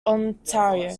ontario